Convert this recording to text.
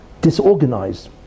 Disorganized